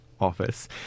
office